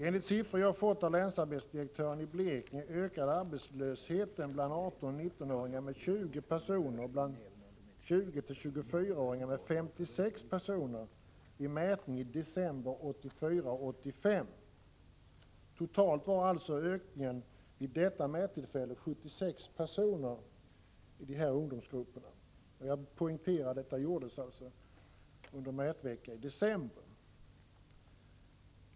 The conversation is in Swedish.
Siffror som jag fått av länsarbetsdirektören i Blekinge län visar att arbetslösheten ökat bland 18-19-åringar med 20 personer och bland 20-24-åringar med 56 personer enligt mätningar i december från 1984 och 1985. Totalt var alltså ökningen vid dessa mättillfällen 76 personer i de här ungdomsgrupperna. Jag poängterar att mätningarna gjordes under en vecka i december.